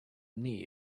knee